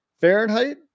Fahrenheit